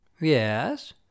Yes